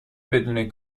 بدون